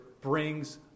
brings